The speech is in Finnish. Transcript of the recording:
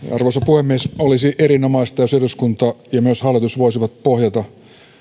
arvoisa puhemies olisi erinomaista jos eduskunta ja myös hallitus voisivat pohjata